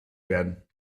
werden